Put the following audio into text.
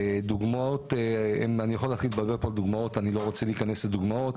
אני לא רוצה להיכנס לדוגמות,